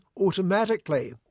automatically